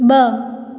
ॿ